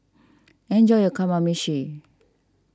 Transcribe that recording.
enjoy your Kamameshi